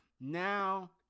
Now